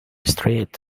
street